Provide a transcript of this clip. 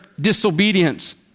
disobedience